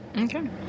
Okay